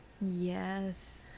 yes